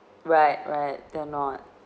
right right they're not